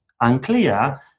Unclear